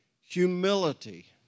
humility